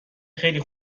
خیلی